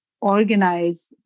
organize